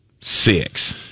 Six